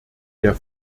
der